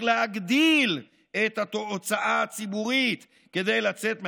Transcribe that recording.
להגדיל את ההוצאה הציבורית כדי לצאת מהבוץ,